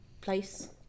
place